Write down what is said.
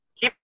Keep